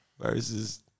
versus